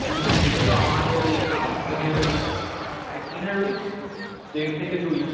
তিন দিনের তো আমাদের ওই এক দিনের ওই এক দিনের ওই দেড় থেকে দুই